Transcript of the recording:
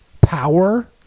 power